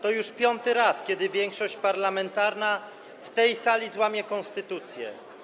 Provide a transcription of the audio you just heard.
To już piąty raz, kiedy większość parlamentarna w tej sali złamie konstytucję.